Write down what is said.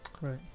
Right